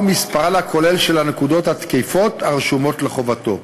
מספרן הכולל של הנקודות התקפות הרשומות לחובתו.